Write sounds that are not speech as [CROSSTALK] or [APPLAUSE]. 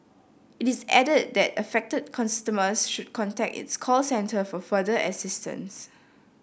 it is added that affected [UNINTELLIGIBLE] should contact its call centre for further assistance